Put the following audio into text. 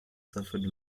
suffered